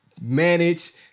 manage